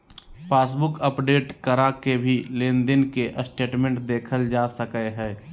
passbook update करा के भी लेनदेन के स्टेटमेंट देखल जा सकय हय